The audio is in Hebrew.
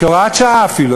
כהוראת שעה אפילו,